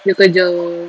dia kerja